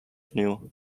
knew